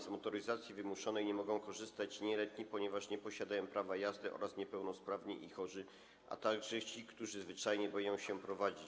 Z motoryzacji wymuszonej nie mogą korzystać nieletni, ponieważ nie posiadają prawa jazdy, oraz niepełnosprawni i chorzy, a także ci, którzy zwyczajnie boją się prowadzić.